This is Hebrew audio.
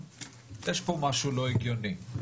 יש פה משהו לא הגיוני.